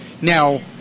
Now